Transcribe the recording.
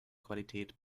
qualität